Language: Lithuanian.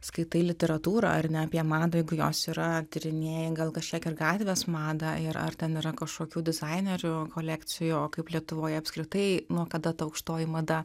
skaitai literatūrą ar ne apie madą jeigu jos yra tyrinėji gal kažkiek ir gatvės madą ir ar ten yra kažkokių dizainerių kolekcijų o kaip lietuvoj apskritai nuo kada ta aukštoji mada